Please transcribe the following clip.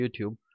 YouTube